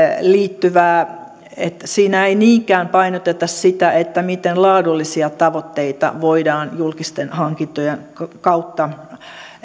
liittyvää että siinä ei niinkään painoteta sitä miten laadullisia tavoitteita voidaan julkisten hankintojen kautta